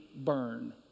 burn